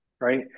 right